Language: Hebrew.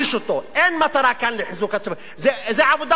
אין מטרה כאן לחיזוק הצבא, זה עבודה בעיניים.